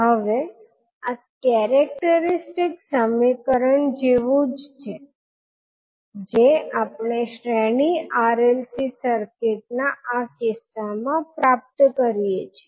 હવે આ કેરેક્સ્ટરિસ્ટિક સમીકરણ જેવું જ છે જે આપણે શ્રેણી RLC સર્કિટ ના આ કિસ્સામાં પ્રાપ્ત કરીએ છીએ